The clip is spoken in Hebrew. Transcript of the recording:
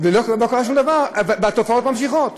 לא קרה שום דבר, והתופעות נמשכות.